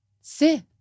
Sit